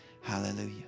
Hallelujah